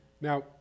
Now